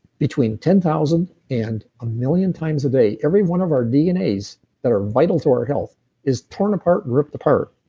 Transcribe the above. between ten thousand and a million times a day, every one of our dnas that are vital to our health is torn apart and ripped apart.